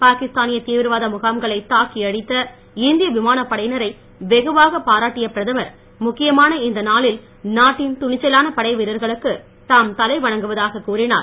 பாகிஸ்தா னிய தீவிரவாத முகாம்களை தாக்கி அழித்த இந்திய விமானப் படையினரை வெகுவாகப் பாராட்டிய பிரதமர் முக்கியமான இந்த நாளில் நாட்டின் துணிச்சலான படை வீரர்களுக்கு தாம் தலை வணங்குவதாகக் கூறினார்